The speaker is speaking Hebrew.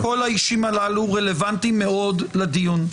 כל האישים הללו רלוונטיים מאוד לדיון.